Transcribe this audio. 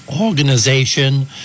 organization